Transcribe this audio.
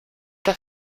der